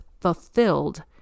fulfilled